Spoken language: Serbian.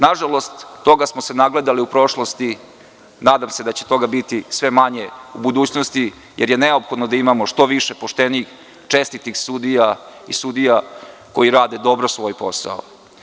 Nažalost, toga smo se nagledali u prošlosti, a nadam se da će toga biti sve manje u budućnosti, jer je neophodno da imamo što više poštenih, čestitih sudija i sudija koji rade dobro svoj posao.